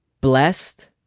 blessed